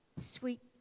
sweet